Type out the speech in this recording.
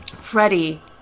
Freddie